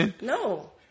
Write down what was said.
No